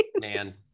Man